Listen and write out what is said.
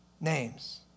names